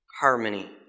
harmony